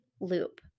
loop